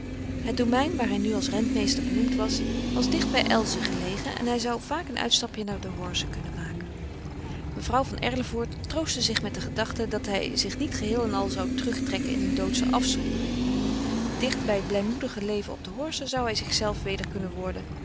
het domein waar hij nu als rentmeester benoemd was was dicht bij elzen gelegen en hij zou vaak een uitstapje naar de horze kunnen maken mevrouw van erlevoort troostte zich met de gedachte dat hij zich niet geheel en al zou terug trekken in een doodsche afzondering dicht bij het blijmoedige leven op de horze zou hij zichzelven weder kunnen worden